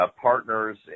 partners